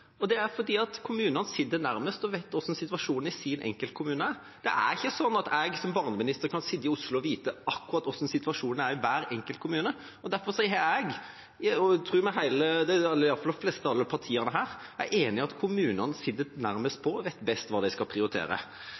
Det er fordi kommunene sitter nærmest og vet hvordan situasjonen i den enkelte kommune er. Det er ikke sånn at jeg som barneminister kan sitte i Oslo og vite akkurat hvordan situasjonen er i hver enkelt kommune. Derfor er jeg, tro meg, og i alle fall de fleste av partiene her enige om at kommunene sitter nærmest og vet best hva de skal prioritere.